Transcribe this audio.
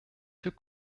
für